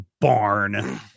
barn